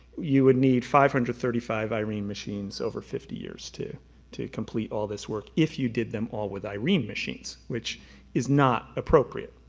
you would need five hundred and thirty five irene machines over fifty years to to complete all this work, if you did them all with irene machines, which is not appropriate.